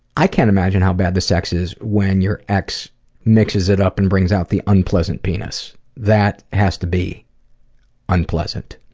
i can't imagine how bad the sex is when your ex mixes it up and brings out the unpleasant penis. that has to be unpleasant.